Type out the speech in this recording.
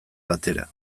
batera